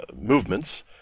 movements